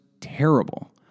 terrible